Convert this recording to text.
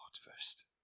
first